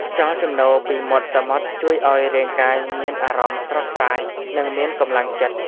ខ្យល់ជំនោរពីមាត់សមុទ្រជួយឱ្យរាងកាយមានអារម្មណ៍ស្រស់ស្រាយ និងមានកម្លាំងចិត្ត។